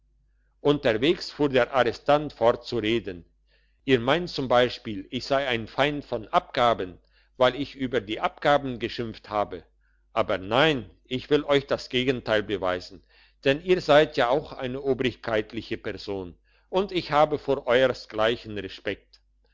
unterwegs fuhr der arrestant fort zu reden ihr meint zum beispiel ich sei ein feind von abgaben weil ich über die abgaben geschimpft habe aber nein ich will euch das gegenteil beweisen denn ihr seid auch eine obrigkeitliche person und ich habe vor euersgleichen respekt